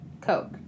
coke